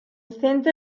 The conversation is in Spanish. centro